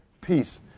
peace